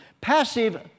Passive